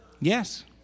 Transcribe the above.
Yes